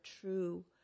true